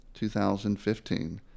2015